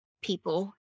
people